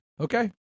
Okay